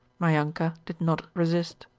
maryanka did not resist.